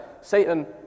Satan